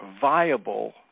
viable